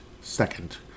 second